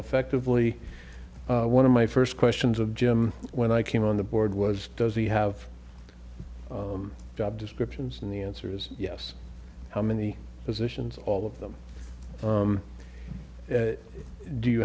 effectively one of my first questions of jim when i came on the board was does he have a job descriptions and the answer is yes how many positions all of them do you